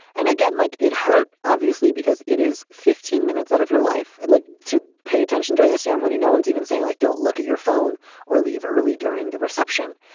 and again like it hurt obviously because it is fifteen minutes out of your life. i'd like to pay attention to the ceremony no one's even saying like don't look at your phone or leave early during the reception.